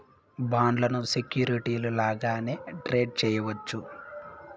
బాండ్లను సెక్యూరిటీలు లాగానే ట్రేడ్ చేయవచ్చు